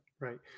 Right